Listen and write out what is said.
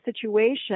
situation